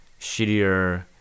shittier